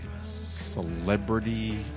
celebrity